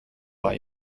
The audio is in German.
war